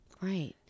Right